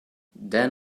then